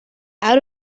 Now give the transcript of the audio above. out